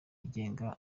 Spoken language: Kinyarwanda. igenga